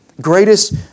greatest